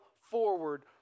forward